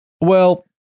Well-